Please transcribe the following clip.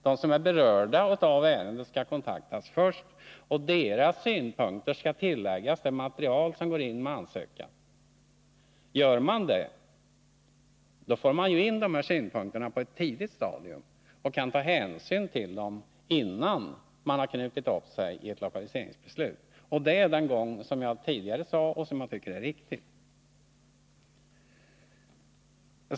De som är berörda av ärendet skall kontaktas först, och deras synpunkter skall tillföras det material som går in med ansökan. Då kommer de synpunkterna in på ett tidigt stadium så att det går att ta hänsyn till dem innan man har knutit upp sig i ett lokaliseringsbeslut. Det förfarandet tycker jag är riktigt.